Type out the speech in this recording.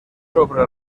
sobre